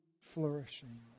flourishing